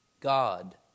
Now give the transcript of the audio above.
God